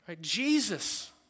Jesus